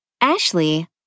Ashley